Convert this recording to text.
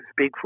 Bigfoot